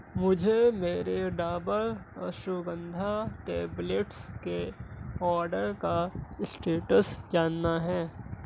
مجھے میرے ڈابر اشوگندھا ٹیبلٹس کے آرڈر کا اسٹیٹس جاننا ہے